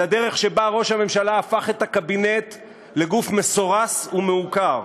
הדרך שבה ראש הממשלה הפך את הקבינט לגוף מסורס ומעוקר,